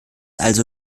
also